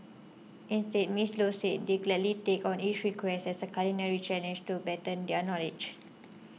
instead Ms Low said they gladly take on each request as a culinary challenge to better their knowledge